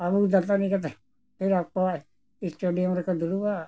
ᱟᱹᱵᱩᱜ ᱫᱟᱹᱛᱟᱹᱱᱤ ᱠᱟᱛᱮ ᱥᱴᱮᱰᱤᱭᱟᱢ ᱨᱮᱠᱚ ᱫᱩᱲᱩᱵᱟ